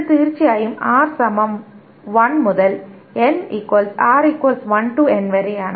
ഇത് തീർച്ചയായും R സമം 1 മുതൽ n R 1 to n വരെയാണ്